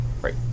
Right